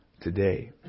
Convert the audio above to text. today